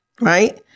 right